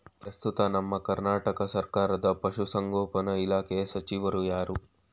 ಪ್ರಸ್ತುತ ನಮ್ಮ ಕರ್ನಾಟಕ ಸರ್ಕಾರದ ಪಶು ಸಂಗೋಪನಾ ಇಲಾಖೆಯ ಸಚಿವರು ಯಾರು?